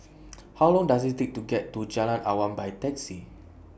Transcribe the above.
How Long Does IT Take to get to Jalan Awan By Taxi